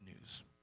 news